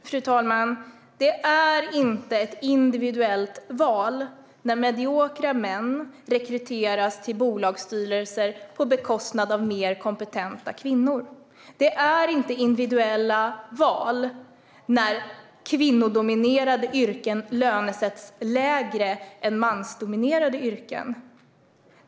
Fru talman! Det är inte ett individuellt val när mediokra män rekryteras till bolagsstyrelser på bekostnad av mer kompetenta kvinnor. Det är inte individuella val när kvinnodominerade yrken lönesätts lägre än mansdominerade yrken.